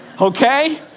Okay